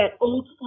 old